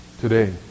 today